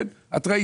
ראית,